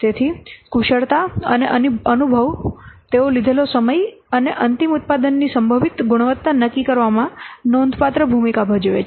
તેથી કુશળતા અને અનુભવ તેઓ લીધેલો સમય અને અંતિમ ઉત્પાદની સંભવિત ગુણવત્તા નક્કી કરવામાં નોંધપાત્ર ભૂમિકા ભજવે છે